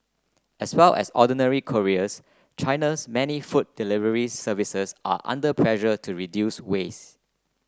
as well as ordinary couriers China's many food delivery services are under pressure to reduce waste